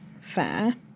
fair